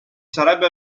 sarebbe